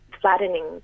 flattening